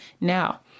Now